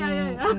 ya ya ya